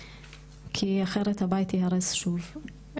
כי אחרת הבית ייהרס שוב.